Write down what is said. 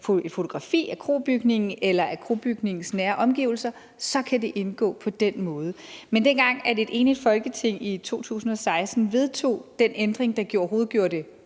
fotografi af krobygningen eller af krobygningens nære omgivelser. Så på den måde kan det indgå. Men dengang et enigt Folketing i 2016 vedtog den ændring, der overhovedet gjorde